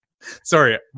sorry